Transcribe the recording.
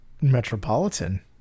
metropolitan